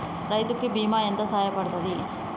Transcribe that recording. రైతు కి బీమా ఎంత సాయపడ్తది?